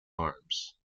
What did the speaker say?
arms